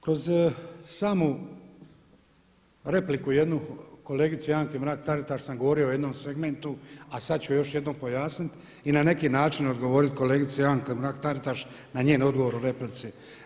Kroz samu repliku jednu kolegici Anki Mrak Taritaš sam govorio o jednom segmentu, a sada ću još jednom pojasniti i na neki način odgovoriti kolegici Anki Mrak Taritaš na njen odgovor u replici.